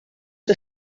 que